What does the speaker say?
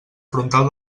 frontal